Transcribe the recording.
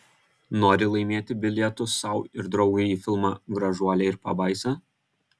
nori laimėti bilietus sau ir draugui į filmą gražuolė ir pabaisa